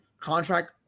Contract